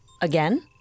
Again